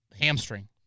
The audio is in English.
hamstring